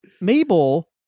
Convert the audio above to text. Mabel